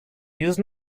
use